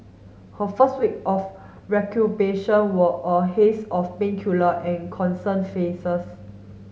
her first week of were a haze of painkiller and concerned faces